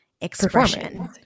expression